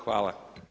Hvala.